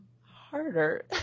harder